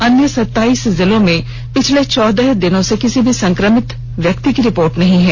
अन्य सताइस जिलों में पिछले चौदह दिन से किसी भी संक्रमित व्यक्ति की रिपोर्ट नहीं है